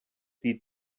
die